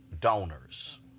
donors